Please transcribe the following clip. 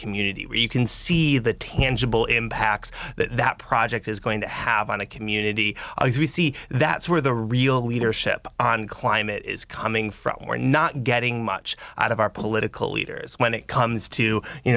community where you can see the tangible impacts that that project is going to have on a community as we see that's where the real leadership on climate is coming from we're not getting much out of our political leaders when it comes to you